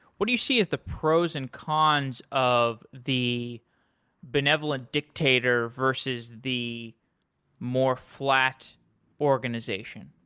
what do you see is the pros and cons of the benevolent dictator versus the more flat organization?